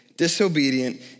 Disobedient